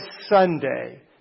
Sunday